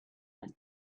find